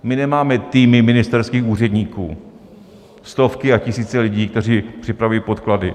My nemáme týmy ministerských úředníků, stovky a tisíce lidí, kteří připravují podklady.